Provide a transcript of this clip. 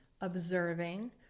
observing